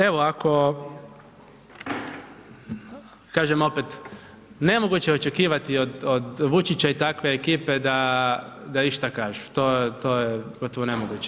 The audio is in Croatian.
Evo ako, kažem opet, nemoguće je očekivati od Vučića i takve ekipe da išta kažu, to je gotovo nemoguće.